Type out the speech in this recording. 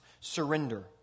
surrender